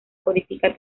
codifica